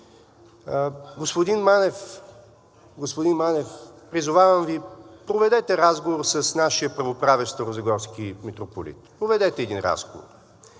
господин Манев, призовавам Ви, проведете разговор с нашия правоправещ старозагорски митрополит. Проведете един разговор.